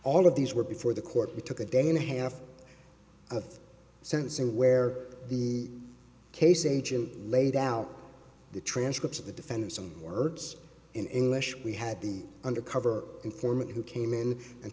all of these were before the court it took a day and a half of sensing where the case agent laid out the transcripts of the defendant's own words in english we had the undercover informant who came in and